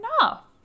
enough